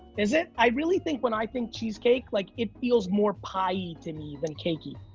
is it? i really think, when i think cheesecake, like it feels more pie-y to me than cake-y.